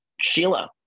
Sheila